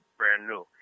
brand-new